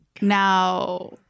Now